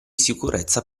sicurezza